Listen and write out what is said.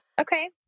Okay